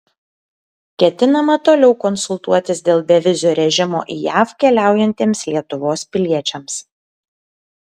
ketinama toliau konsultuotis dėl bevizio režimo į jav keliaujantiems lietuvos piliečiams